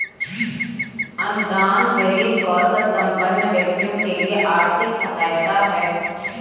अनुदान गरीब कौशलसंपन्न व्यक्तियों के लिए आर्थिक सहायता है